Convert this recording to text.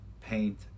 paint